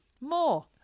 More